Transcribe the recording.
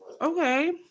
Okay